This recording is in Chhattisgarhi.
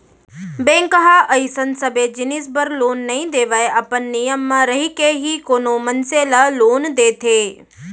बेंक ह अइसन सबे जिनिस बर लोन नइ देवय अपन नियम म रहिके ही कोनो मनसे ल लोन देथे